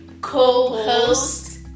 co-host